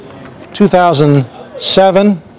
2007